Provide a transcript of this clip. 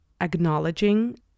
acknowledging